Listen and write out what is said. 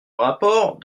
rapport